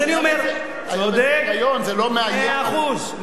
צודק במאה אחוז.